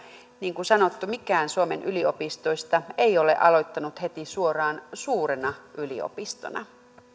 niin kuin sanottu mikään suomen yliopistoista ei ole aloittanut heti suoraan suurena yliopistona